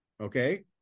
Okay